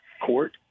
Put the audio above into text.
court